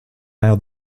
now